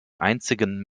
einzigen